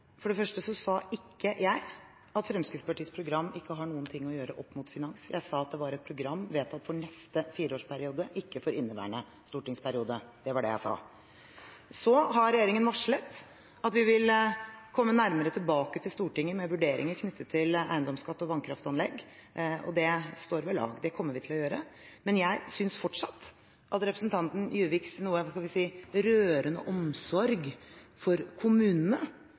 For det første sa ikke jeg at Fremskrittspartiets program ikke har noe å gjøre med finans, jeg sa at det var et program vedtatt for neste fireårsperiode, ikke for inneværende stortingsperiode. Det var det jeg sa. Regjeringen har varslet at vi vil komme nærmere tilbake til Stortinget med vurderinger knyttet til eiendomsskatt og vannkraftanlegg, og det står ved lag. Det kommer vi til å gjøre. Men jeg synes fortsatt at representanten Juviks noe – skal vi si – rørende omsorg for kommunene